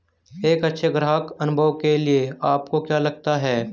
एक अच्छे ग्राहक अनुभव के लिए आपको क्या लगता है?